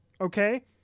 Okay